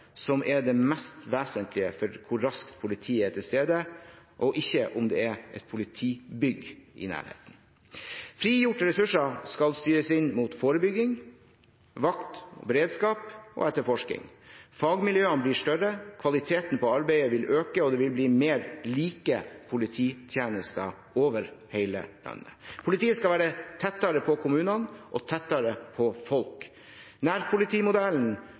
som er det mest vesentlige for hvor raskt politiet er til stede, og ikke om det er et politibygg i nærheten. Frigjorte ressurser skal styres inn mot forebygging, vakt og beredskap og etterforskning. Fagmiljøene blir større, kvaliteten på arbeidet vil øke, og det vil bli mer like polititjenester over hele landet. Politiet skal være tettere på kommunene og tettere på folk. Nærpolitimodellen